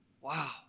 Wow